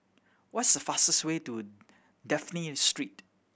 what's the fastest way to Dafne Street